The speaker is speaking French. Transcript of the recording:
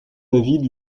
david